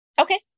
Okay